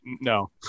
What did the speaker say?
No